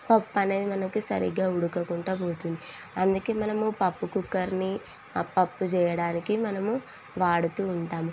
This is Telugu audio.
పప్పు అనేది మనకి సరిగ్గా ఉడకకుంటూ పోతుంది అందుకే మనము పప్పు కుక్కర్నీ పప్పు చేయడానికి మనము వాడుతూ ఉంటాము